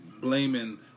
blaming